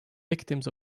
victims